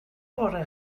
bore